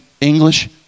English